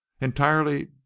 entirely